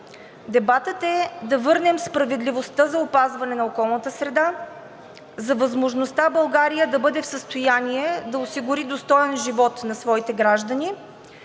Дебатът е да върнем справедливостта за опазване на околната среда, за възможността България да бъде в състояние да осигури достоен живот на своите граждани,